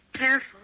careful